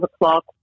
o'clock